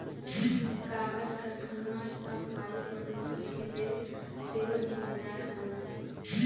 कागज करखना सभ वायु प्रदूषण के लेल सेहो जिम्मेदार हइ